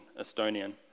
Estonian